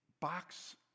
box